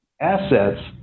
assets